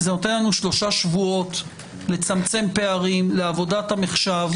זה נותן לנו שלושה שבועות לצמצם פערים לעבודת המחשב.